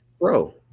Bro